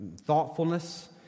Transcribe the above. thoughtfulness